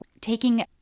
Taking